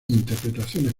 interpretaciones